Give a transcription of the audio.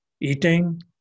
eating